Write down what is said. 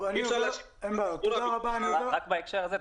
רק בהקשר הזה,